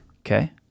Okay